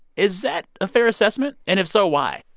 is that a fair assessment, and if so, why?